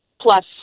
plus